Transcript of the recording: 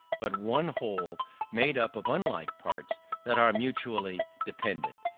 but one whole made up of unlike parts that are mutually dependent.